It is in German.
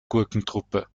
gurkentruppe